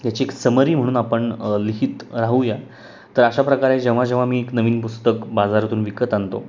याची एक समरी म्हणून आपण लिहीत राहूया तर अशा प्रकारे जेव्हा जेव्हा मी एक नवीन पुस्तक बाजारातून विकत आणतो